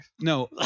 No